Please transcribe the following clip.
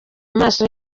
amaso